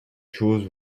chose